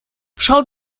schauen